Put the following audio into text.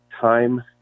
time